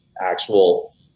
actual